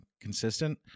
consistent